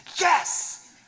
yes